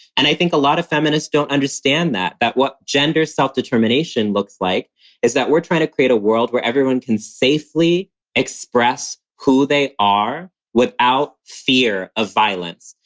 and i think a lot of feminists don't understand that, that what gender self-determination looks like is that we're trying to create a world where everyone can safely express who they are without fear of violence.